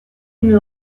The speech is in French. une